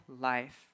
life